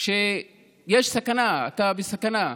שיש סכנה: אתה בסכנה.